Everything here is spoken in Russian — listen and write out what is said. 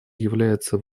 является